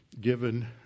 given